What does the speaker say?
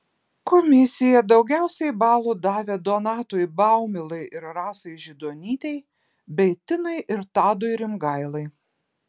komisija daugiausiai balų davė donatui baumilai ir rasai židonytei bei tinai ir tadui rimgailai